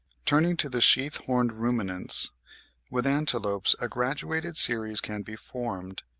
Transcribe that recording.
turning to the sheath-horned ruminants with antelopes a graduated series can be formed,